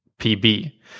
PB